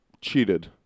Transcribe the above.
cheated